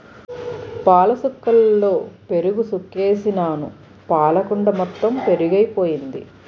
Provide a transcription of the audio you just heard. పాలసుక్కలలో పెరుగుసుకేసినాను పాలకుండ మొత్తెము పెరుగైపోయింది